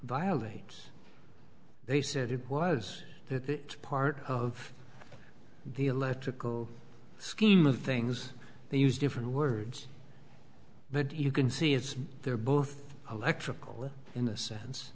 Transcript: violates they said it was that part of the electrical scheme of things they use different words but you can see it's they're both electrical in a sense